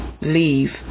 leave